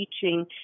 teaching